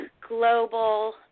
global